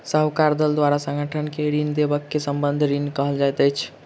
साहूकारक दल द्वारा संगठन के ऋण देबअ के संबंद्ध ऋण कहल जाइत अछि